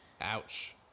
Ouch